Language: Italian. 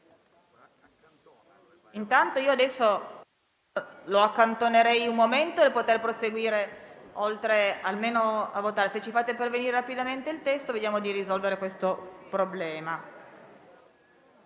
testo. Adesso lo accantonerei un momento per poter proseguire con le votazioni. Se ci fate pervenire rapidamente il testo, vediamo di risolvere il problema.